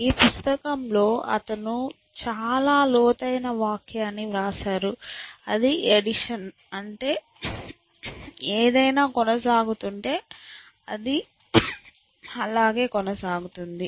ఈ పుస్తకంలో అతను చాలా లోతైన వాక్యాన్ని వ్రాసాడు అది ఎడిషన్ అంటే ఏదైనా కొనసాగుతుంటే అది అలాగే ఉంటుంది